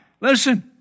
Listen